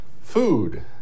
food